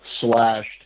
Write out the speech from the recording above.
slashed